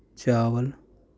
ਚਾਵਲ